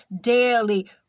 daily